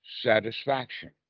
satisfaction